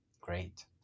great